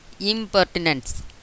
impertinence